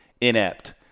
inept